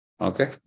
Okay